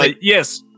Yes